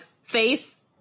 Face